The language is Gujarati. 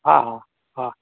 હા હા હા